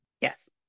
yes